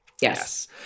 Yes